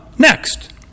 next